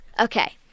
Okay